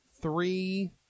three